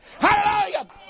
Hallelujah